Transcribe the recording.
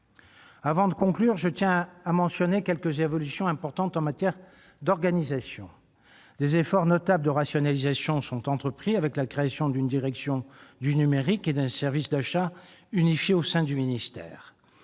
Avant de conclure, je tiens à mentionner quelques évolutions importantes en matière d'organisation. Des efforts notables de rationalisation sont entrepris, avec la création d'une direction du numérique et d'un service d'achat unifiés au sein du ministère.